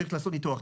צריך לעשות ניתוח".